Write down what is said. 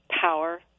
power